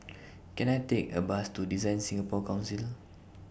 Can I Take A Bus to DesignSingapore Council